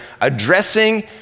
addressing